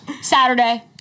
Saturday